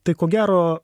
tai ko gero